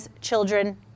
children